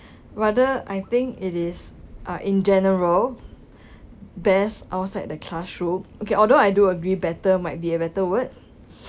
rather I think it is uh in general best outside the classroom okay although I do agree better might be a better word